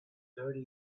thirty